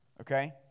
Okay